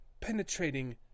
penetrating